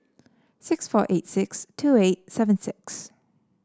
six four eight six two eight seven six